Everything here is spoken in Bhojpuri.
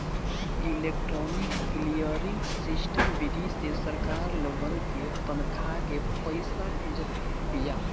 इलेक्ट्रोनिक क्लीयरिंग सिस्टम विधि से सरकार लोगन के तनखा के पईसा भेजत बिया